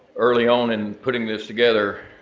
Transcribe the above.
early on in putting this together,